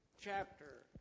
chapter